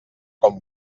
com